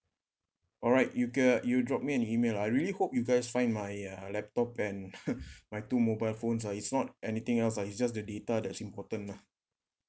alright you ca~ you drop me an email I really hope you guys find my uh laptop and my two mobile phones ah it's not anything else ah is just the data that's important lah